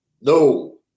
No